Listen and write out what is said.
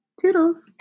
toodles